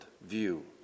view